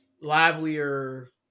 livelier